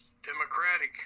Democratic